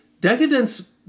Decadence